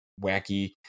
wacky